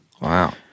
Wow